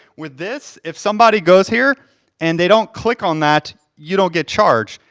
with this, if somebody goes here and they don't click on that, you don't get charged.